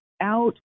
out